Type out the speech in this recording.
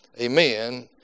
Amen